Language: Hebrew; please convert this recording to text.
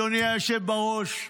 אדוני היושב בראש,